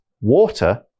water